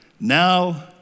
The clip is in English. Now